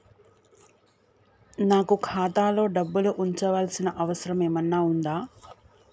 నాకు ఖాతాలో డబ్బులు ఉంచాల్సిన అవసరం ఏమన్నా ఉందా?